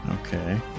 Okay